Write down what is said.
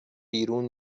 بیرون